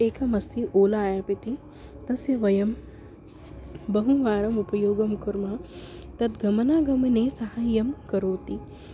एकमस्ति ओला एप् इति तस्य वयं बहुवारम् उपयोगं कुर्मः तद्गमनागमने सहायं करोति